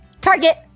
target